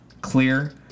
clear